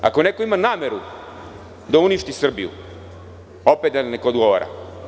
Ako neko ima nameru da uništi Srbiju, opet neka odgovara.